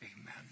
amen